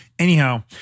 Anyhow